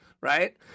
Right